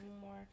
more